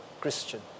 Christian